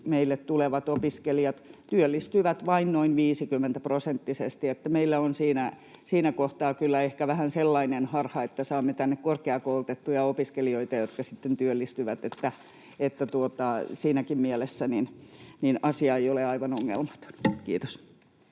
meille tulevat opiskelijat työllistyvät vain noin 50-prosenttisesti, eli meillä on siinä kohtaa kyllä ehkä vähän sellainen harha, että saamme tänne korkeakoulutettuja opiskelijoita, jotka sitten työllistyvät. Siinäkään mielessä asia ei ole aivan ongelmaton. — Kiitos.